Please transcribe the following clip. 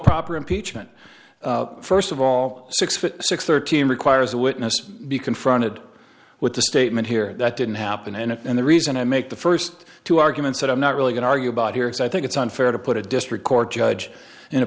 proper impeachment first of all six foot six thirteen requires a witness to be confronted with the statement here that didn't happen and the reason i make the first two arguments that i'm not really going argue about here is i think it's unfair to put a district court judge in a